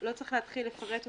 לא צריך להתחיל לפרט אותם,